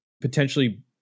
potentially